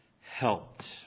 helped